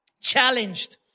challenged